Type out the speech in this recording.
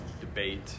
debate